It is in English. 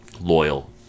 loyal